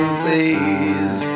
seas